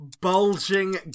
Bulging